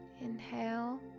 inhale